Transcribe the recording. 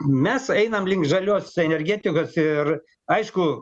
mes einam link žalios energetikos ir aišku